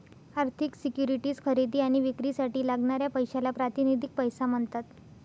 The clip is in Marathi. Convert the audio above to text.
आर्थिक सिक्युरिटीज खरेदी आणि विक्रीसाठी लागणाऱ्या पैशाला प्रातिनिधिक पैसा म्हणतात